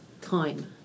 time